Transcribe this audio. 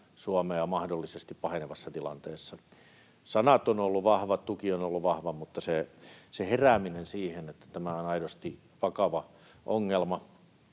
Suomea mahdollisesti pahenevassa tilanteessa. Sanat ovat olleet vahvoja, tuki on ollut vahva, mutta tarvitaan se herääminen siihen, että tämä on aidosti vakava ongelma.